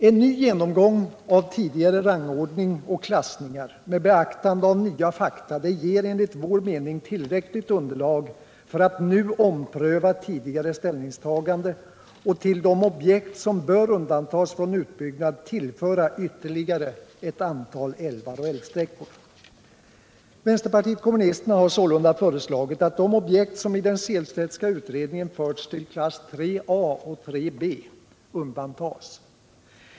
En ny genomgång av tidigare rangordning och klassningar med beaktande av nya fakta ger enligt vår mening tillräckligt underlag för att nu ompröva tidigare ställningstagande och till de objekt som bör undantas från utbyggnad tillföra ytterligare ett antal älvar och älvsträckor. Vänsterpartiet kommunisterna har sålunda föreslagit att de objekt som i den Sehlstedtska utredningen förts till klass 3a och 3b undantas.